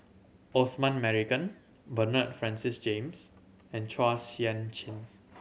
Osman Merican Bernard Francis James and Chua Sian Chin